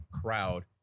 crowd